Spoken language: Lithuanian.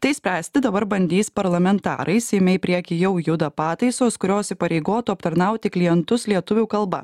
tai spręsti dabar bandys parlamentarai seime į priekį jau juda pataisos kurios įpareigotų aptarnauti klientus lietuvių kalba